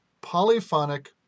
polyphonic